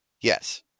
Yes